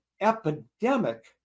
epidemic